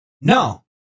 no